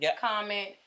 comment